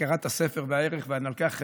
הכרת הספר והערך, ואני לוקח,